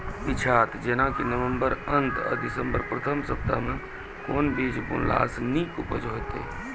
पीछात जेनाकि नवम्बर अंत आ दिसम्बर प्रथम सप्ताह मे कून बीज बुनलास नीक उपज हेते?